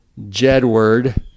Jedward